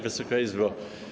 Wysoka Izbo!